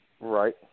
Right